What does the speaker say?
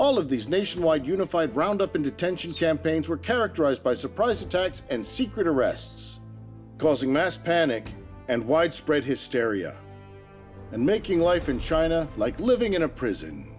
all of these nationwide unified round up and detention campaigns were characterized by surprise attacks and secret arrests causing mass panic and widespread hysteria and making life in china like living in a prison